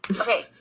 Okay